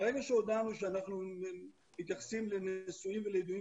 ברגע שהודענו שאנחנו מתייחסים לנשואים ולידועים